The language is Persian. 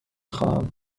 خواهم